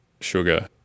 sugar